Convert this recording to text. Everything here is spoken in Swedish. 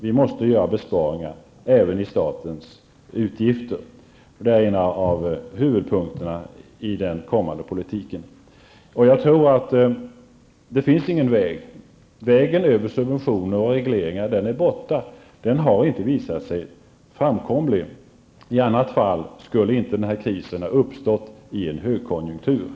Vi måste göra besparingar även i statens utgifter. Det är en av huvudpunkterna i den kommande politiken. Jag tror inte att det finns någon annan väg att gå. Vägen över subventioner och regleringar är borta. Den har inte visat sig framkomlig. I annat fall skulle inte den här krisen ha uppstått i en högkonjunktur.